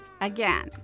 again